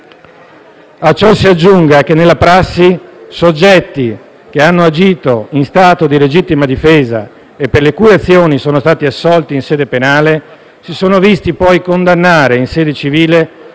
A ciò si aggiunga che, nella prassi, soggetti che hanno agito in stato di legittima difesa e per le cui azioni sono stati assolti in sede penale si sono visti poi condannare in sede civile